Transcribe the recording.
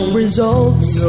results